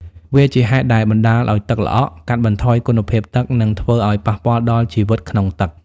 វាជាហេតុដែលបណ្ដាលឲ្យទឹកល្អក់ កាត់បន្ថយគុណភាពទឹក និងធ្វើឲ្យប៉ះពាល់ដល់ជីវិតក្នុងទឹក។